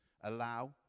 allow